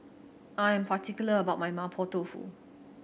I am particular about my Mapo Tofu